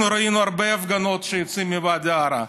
אנחנו ראינו הרבה הפגנות שיוצאות מוואדי עארה.